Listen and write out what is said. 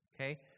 okay